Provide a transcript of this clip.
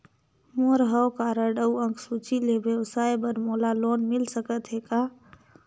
मोर हव कारड अउ अंक सूची ले व्यवसाय बर मोला लोन मिल सकत हे का?